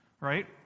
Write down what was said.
right